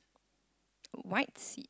white seat